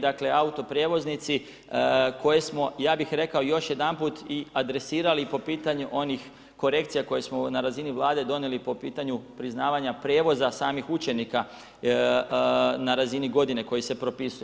Dakle, autoprijevoznici koje smo, ja bih rekao još jedanput, i adresirali po pitanju onih korekcija koje smo na razini Vlade donijeli po pitanju priznavanja prijevoza samih učenika na razini godine koji se propisuje.